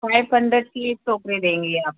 five hundred की थोक में देंगी आप